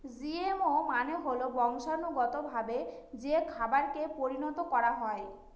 GMO মানে হল বংশানুগতভাবে যে খাবারকে পরিণত করা হয়